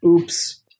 Oops